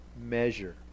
measure